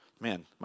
Man